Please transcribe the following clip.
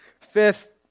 Fifth